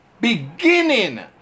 beginning